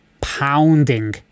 pounding